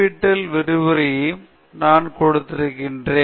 TL விரிவுரையும் நான் கொடுத்திருக்கிறேன்